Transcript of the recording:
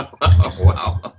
Wow